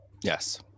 Yes